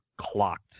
clocked